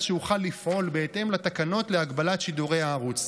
על מנת שאוכל לפעול בהתאם לתקנות להגבלת שידורי הערוץ.